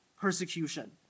persecution